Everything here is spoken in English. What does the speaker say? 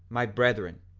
my brethren,